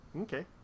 Okay